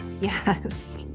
Yes